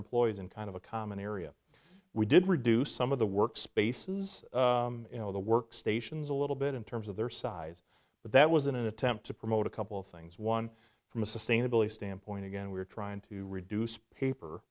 employees in kind of a common area we did reduce some of the work spaces of the work stations a little bit in terms of their size but that was in an attempt to promote a couple of things one from a sustainability standpoint again we're trying to reduce paper